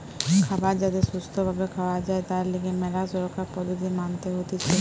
খাবার যাতে সুস্থ ভাবে খাওয়া যায় তার লিগে ম্যালা সুরক্ষার পদ্ধতি মানতে হতিছে